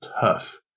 tough